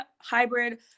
hybrid